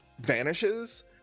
vanishes